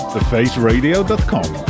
Thefaceradio.com